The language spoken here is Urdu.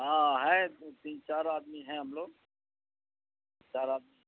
ہاں ہیں تین چار آدمی ہیں ہم لوگ چار آدمی